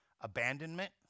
Abandonment